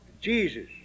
Jesus